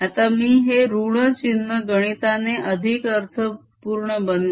आता मी हे ऋण चिन्ह गणिताने अधिक अर्थपूर्ण बनवेन